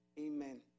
Amen